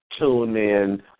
TuneIn